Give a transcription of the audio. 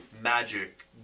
magic